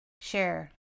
share